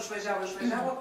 išvažiavo išvažiavo